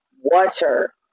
water